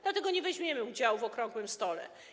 Dlatego nie weźmiemy udziału w okrągłym stole.